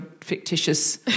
fictitious